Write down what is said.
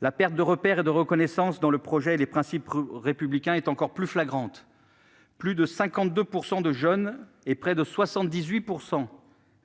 La perte de repères et de reconnaissance dans le projet et les principes républicains est encore plus flagrante. Plus de 52 % des jeunes et, en particulier, près de 78 %